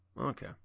Okay